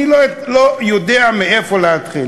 אני לא יודע מאיפה להתחיל.